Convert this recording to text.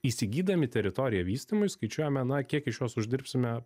įsigydami teritoriją vystymui skaičiuojame na kiek iš jos uždirbsime